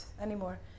anymore